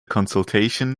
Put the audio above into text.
consultation